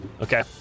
Okay